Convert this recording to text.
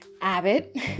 Abbott